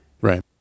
Right